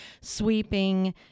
sweeping